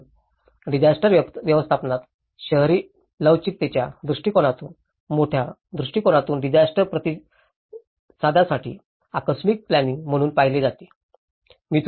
म्हणूनच डिजास्टर व्यवस्थापनास शहरी लवचिकतेच्या दृष्टीकोनातून मोठ्या दृष्टीकोनातून डिजास्टर प्रतिसादासाठी आकस्मिक प्लॅनिंइंग म्हणून पाहिले जाते